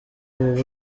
ubu